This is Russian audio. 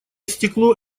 стекло